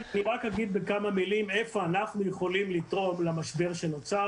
אני אומר רק בכמה מלים איפה אנחנו יכולים לתרום למשבר שנוצר.